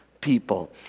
people